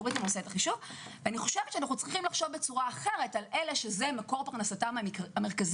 אנחנו צריכים לחשוב בצורה אחרת על אלה שזה מקור פרנסתם המרכזי,